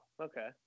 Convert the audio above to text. okay